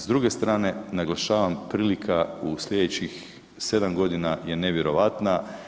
S druge strane, naglašavam, prilika u sljedećih 7 godina je nevjerojatna.